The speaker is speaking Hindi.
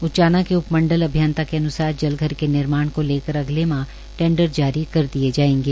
उचाना के उप मंडल अभियंता के अनुसार जलघर के निर्माण को लकर अगले सप्ताह टैंडर जारी कर दिए जायेंगे